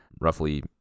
roughly